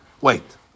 wait